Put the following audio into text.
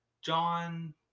John